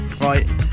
Right